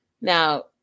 Now